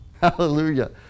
Hallelujah